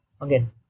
again